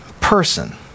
person